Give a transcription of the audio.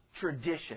tradition